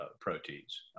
proteins